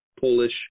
Polish